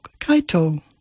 Kaito